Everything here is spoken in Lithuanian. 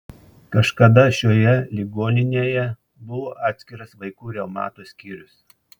kažkada šioje ligoninėje buvo atskiras vaikų reumato skyrius